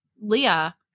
Leah